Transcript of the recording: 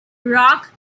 rock